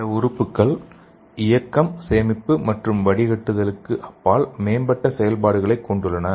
சில உறுப்புகள் இயக்கம் சேமிப்பு மற்றும் வடிகட்டுதலுக்கு அப்பால் மேம்பட்ட செயல்பாடுகளைக் கொண்டுள்ளன